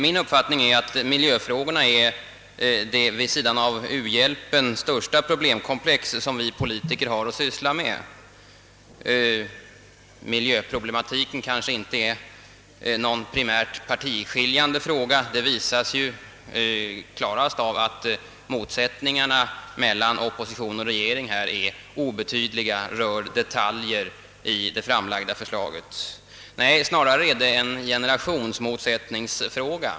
Min uppfattning är att miljöfrågorna vid sidan av u-hjälpen utgör det största problemkomplex som vi politiker har att syssla med. Miljöproblematiken kanske inte är någon primärt partiskiljande fråga; det visas klarast av att motsättningarna mellan oppositionen och regeringen i denna fråga är obetydliga — de rör endast detaljer i det framlagda förslaget. Nej, snarare är det en generationsmotsättningsfråga.